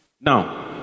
now